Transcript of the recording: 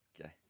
Okay